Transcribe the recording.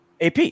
AP